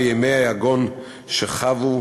בימי היגון שחוו,